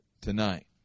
tonight